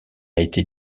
été